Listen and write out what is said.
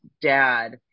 dad